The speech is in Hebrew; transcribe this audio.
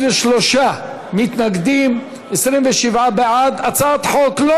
ההצעה להעביר לוועדה את הצעת חוק העונשין (תיקון,